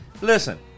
listen